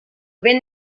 vent